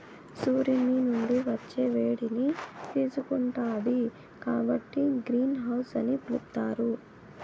సూర్యుని నుండి వచ్చే వేడిని తీసుకుంటాది కాబట్టి గ్రీన్ హౌస్ అని పిలుత్తారు